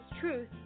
Truth